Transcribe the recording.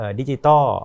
digital